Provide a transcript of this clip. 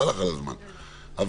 אבל